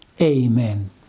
Amen